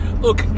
Look